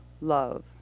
love